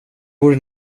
borde